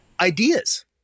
ideas